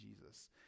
Jesus